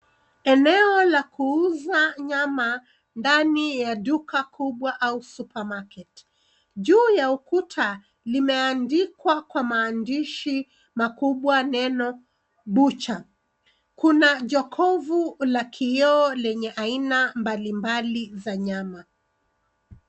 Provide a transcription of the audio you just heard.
Eneo la kuuza nyama ndani ya duka kubwa au supermarket . Juu ya ukuta limeandikwa kwa maandishi makubwa neno butcher. Kuna jokofu la kioo lenye aina mbalimbali za nyama.